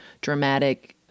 dramatic